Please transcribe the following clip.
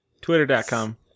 Twitter.com